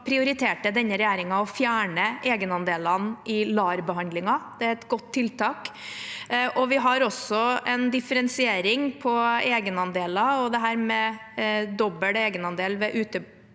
prioriterte denne regjeringen å fjerne egenandelene i LAR-behandlingen. Det er et godt tiltak. Vi har også en differensiering på egenandeler og dette med dobbel egenandel ved uteblitt